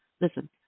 Listen